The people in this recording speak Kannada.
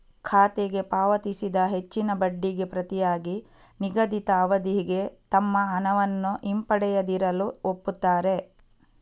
ಖಾತೆಗೆ ಪಾವತಿಸಿದ ಹೆಚ್ಚಿನ ಬಡ್ಡಿಗೆ ಪ್ರತಿಯಾಗಿ ನಿಗದಿತ ಅವಧಿಗೆ ತಮ್ಮ ಹಣವನ್ನು ಹಿಂಪಡೆಯದಿರಲು ಒಪ್ಪುತ್ತಾರೆ